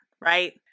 right